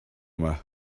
yma